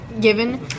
given